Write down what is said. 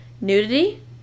nudity